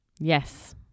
Yes